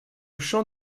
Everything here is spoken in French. champ